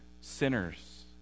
sinners